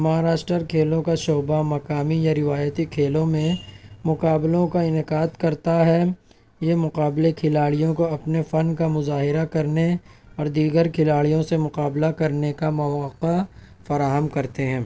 مہاراشٹر کھیلوں کا شعبہ مقامی یا روایتی کھیلوں میں مقابلوں کا انعقاد کرتا ہے یہ مقابلے کھلاڑیوں کو اپنے فن کا مظاہرہ کرنے اور دیگر کھلاڑیوں سے مقابلہ کرنے کا مواقع فراہم کرتے ہیں